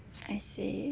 I see